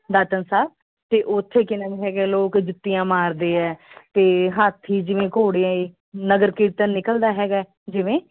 ਦਾਤਣ ਸਾਹਬ ਅਤੇ ਉੱਥੇ ਕਿਨਮ ਹੈਗੇ ਲੋਕ ਜੁੱਤੀਆਂ ਮਾਰਦੇ ਹੈ ਅਤੇ ਹਾਥੀ ਜਿਵੇਂ ਘੋੜੀਆਂ ਏ ਨਗਰ ਕੀਰਤਨ ਨਿਕਲਦਾ ਹੈਗਾ ਹੈ ਜਿਵੇਂ